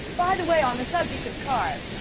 by the way on the subject of cars.